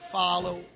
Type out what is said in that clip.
follow